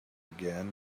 again